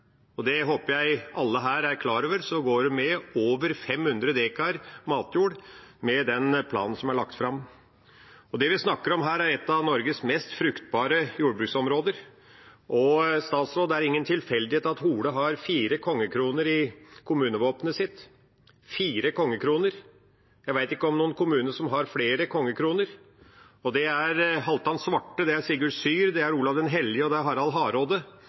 og det håper jeg alle her er klar over – går det med over 500 dekar matjord med den planen som er lagt fram. Det vi snakker om, er et av Norges mest fruktbare jordbruksområder. Og statsråd, det er ingen tilfeldighet at Hole har fire kongekroner i kommunevåpenet sitt, fire kongekroner. Jeg vet ikke om noen kommune som har flere kongekroner. Det er Halvdan Svarte, det er Sigurd Syr, det er Olav den hellige, og det er Harald